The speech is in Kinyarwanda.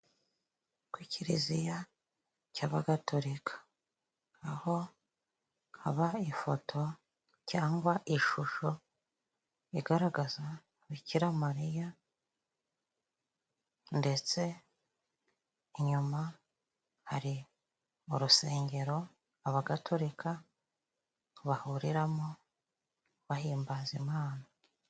Ku kiriziya cy'abagatorika aho haba ifoto cyangwa ishusho igaragaza Bikiramariya, ndetse inyuma hari urusengero abagatorika bahuriramo bahimbaza Imana.